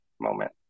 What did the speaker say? moment